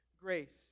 grace